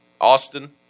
Austin